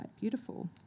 beautiful